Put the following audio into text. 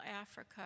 Africa